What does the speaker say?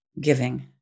giving